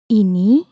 ini